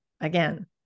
again